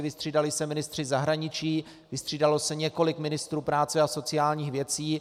Vystřídali se ministři zahraničí, vystřídalo se několik ministrů práce a sociálních věcí.